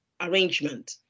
arrangement